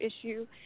issue